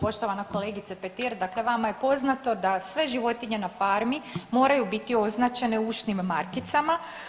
Poštovana kolegice Petir, dakle vama je poznato da sve životinje na farmi moraju biti označene ušnim markicama.